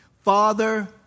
Father